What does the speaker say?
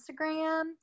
Instagram